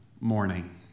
morning